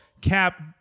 Cap